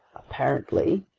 apparently,